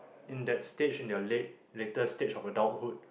in that stage in their late later stage of adulthood